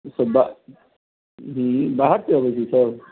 सब बा हूँ बाहर सँ अबै छै सब